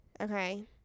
Okay